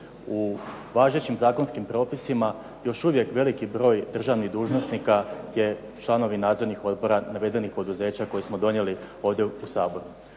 U važećim zakonskim propisima još uvijek veliki broj državnih dužnosnika su članovi nadzornih odbora navedenih poduzeća koje smo donijeli ovdje u Saboru.